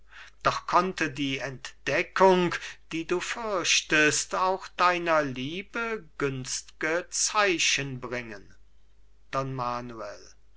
doch konnte die entdeckung die du fürchtest auch deiner liebe günst'ge zeichen bringen